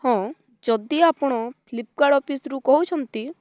ହଁ ଯଦି ଆପଣ ଫ୍ଲିପ୍କାର୍ଡ଼ ଅଫିସ୍ରୁ କହୁଛନ୍ତି